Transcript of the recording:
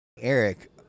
Eric